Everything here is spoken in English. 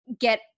get